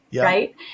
right